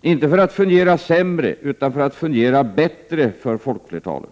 inte för att fungera sämre, utan för att fungera bättre för folkflertalet.